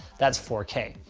that's four k.